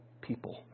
people